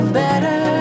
better